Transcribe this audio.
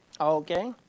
Okay